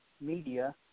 media